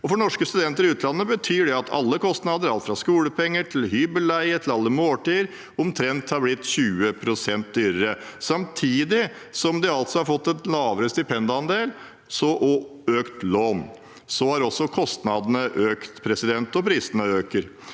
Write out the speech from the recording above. For norske studenter i utlandet betyr det at alle kostnader – alt fra skolepenger til hybelleie og alle måltider – omtrent har blitt 20 pst. dyrere. Samtidig som de altså har fått lavere stipendandel og økt lån, har også kostnadene økt, og prisene øker.